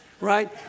right